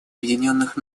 объединенных